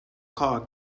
called